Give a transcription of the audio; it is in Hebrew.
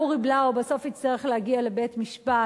אורי בלאו בסוף יצטרך להגיע לבית-משפט,